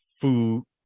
food